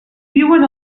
viuen